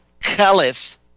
Caliph